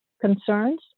concerns